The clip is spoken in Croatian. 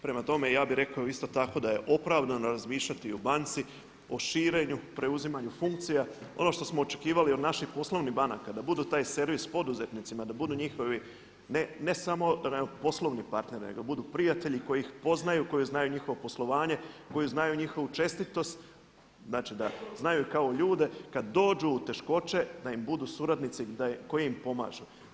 Prema tome, ja bih rekao isto tako da je opravdano razmišljati o banci, o širenju, preuzimanju funkcija, ono što smo očekivali od naših poslovnih banaka da budu taj servis poduzetnicima, da budu njihovi ne samo poslovni partneri nego da budu prijatelji koji ih poznaju, koji znaju njihovo poslovanje, koji znaju njihovu čestitost da znaju kao ljude kada dođu u teškoće da im budu suradnici koji im pomažu.